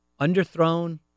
underthrown